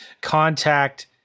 Contact